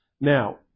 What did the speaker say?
Now